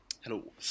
Hello